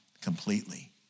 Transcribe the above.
completely